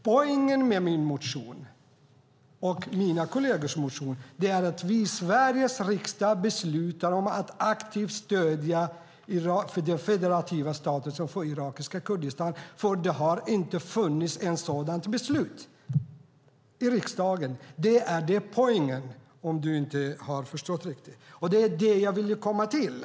Poängen med min och mina kollegers motion är att vi i Sveriges riksdag beslutar om att aktivt stödja den federativa statusen för irakiska Kurdistan. Det har inte funnits något sådant beslut i riksdagen. Det är poängen, om du inte har förstått riktigt. Det är detta jag ville komma till.